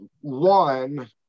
one